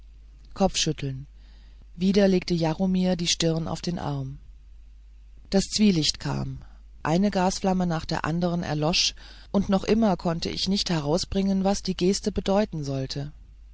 kopfschütteln wieder legte jaromir die stirn auf den arm das zwielicht kam eine gasflamme nach der andern erlosch und noch immer konnte ich nicht herausbringen was die geste bedeuten sollte